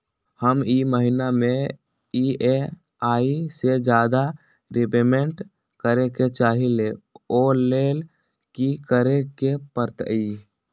हम ई महिना में ई.एम.आई से ज्यादा रीपेमेंट करे के चाहईले ओ लेल की करे के परतई?